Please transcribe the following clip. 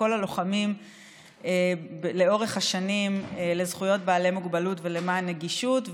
לכל הלוחמים לאורך השנים לזכויות בעלי מוגבלות ולמען נגישות.